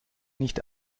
nicht